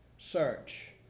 Search